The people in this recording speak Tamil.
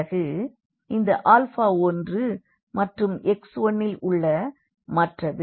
பிறகு இந்த ஆல்ஃபா 1 மற்றும் x1இல் உள்ள மற்றது